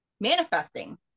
manifesting